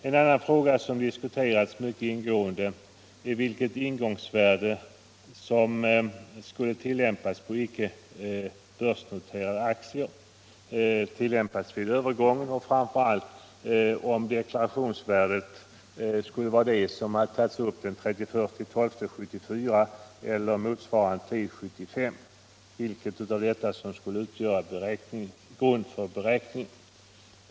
En annan fråga som diskuterats mycket ingående är vilket ingångsvärde på icke börsnoterade aktier som skall tillämpas vid övergången och framför allt om deklarationsvärdet den 31 december 1974 eller motsvarande tidpunkt 1975 skall utgöra grund för beräkningen.